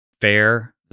fair